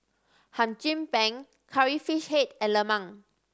Hum Chim Peng Curry Fish Head and lemang